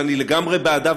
ואני לגמרי בעדה,